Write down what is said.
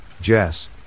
Jess